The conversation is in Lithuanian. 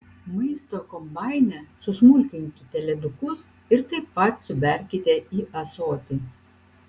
maisto kombaine susmulkinkite ledukus ir taip pat suberkite į ąsotį